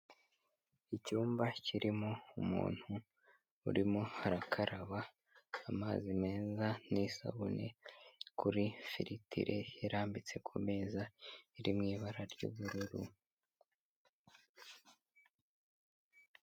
Icyumba kirimo umuntu urimo arakaraba amazi meza n'isabune kuri firitiri irambitse ku meza iri mu ibara ry'ubururu.